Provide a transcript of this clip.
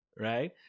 Right